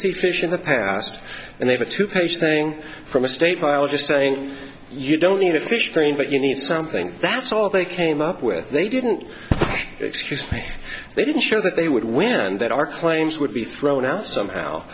see fish in the past and have a two page thing from a state biologist saying you don't need to fish thing but you need something that's all they came up with they didn't excuse me they didn't show that they would win and that our claims would be thrown out somehow